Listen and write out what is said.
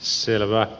selvä